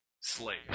slave